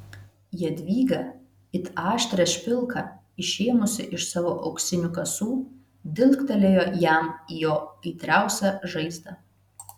jadvyga it aštrią špilką išėmusi iš savo auksinių kasų dilgtelėjo jam į jo aitriausią žaizdą